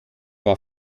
war